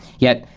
yet,